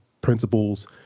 principles